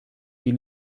you